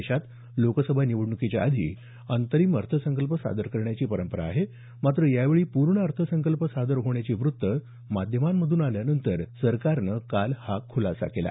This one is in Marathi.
देशात लोकसभा निवडण्कीच्या आधी अंतरिम अर्थसंकल्प सादर करण्याची परंपरा आहे मात्र यावेळी पूर्ण अर्थसंकल्प सादर होण्याची वृत्तं माध्यमांमध्ये आल्यानंतर सरकारनं काल हा खुलासा केला